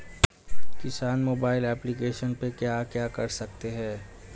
किसान mobile application पे क्या क्या कर सकते हैं?